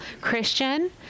Christian